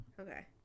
Okay